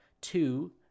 Two